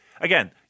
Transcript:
again